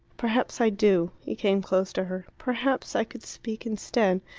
perhaps i do. he came close to her. perhaps i could speak instead.